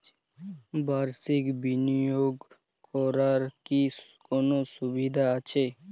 বাষির্ক বিনিয়োগ করার কি কোনো সুবিধা আছে?